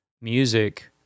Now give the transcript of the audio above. music